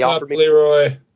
Leroy